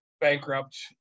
bankrupt